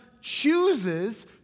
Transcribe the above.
chooses